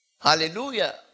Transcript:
Hallelujah